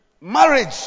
Marriage